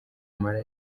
amara